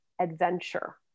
adventure